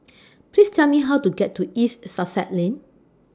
Please Tell Me How to get to East Sussex Lane